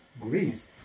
Greece